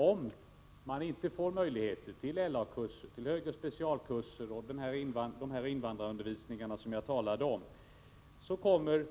Om inte möjligheter ges till LA-kurser, till högre specialkurser och till den invandrarundervisning som jag talade om tidigare, kommer